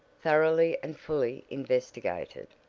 thoroughly and fully investigated.